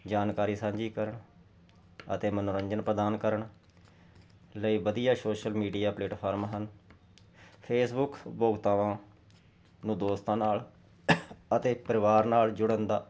ਜਾਣਕਾਰੀ ਸਾਂਝੀ ਕਰਨ ਅਤੇ ਮਨੋਰੰਜਨ ਪ੍ਰਦਾਨ ਕਰਨ ਲਈ ਵਧੀਆ ਸੋਸ਼ਲ ਮੀਡੀਆ ਪਲੇਟਫਾਰਮ ਹਨ ਫੇਸਬੁੱਕ ਉਪਭੋਗਤਾਵਾਂ ਨੂੰ ਦੋਸਤਾਂ ਨਾਲ ਅਤੇ ਪਰਿਵਾਰ ਨਾਲ ਜੁੜਨ ਦਾ